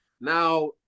Now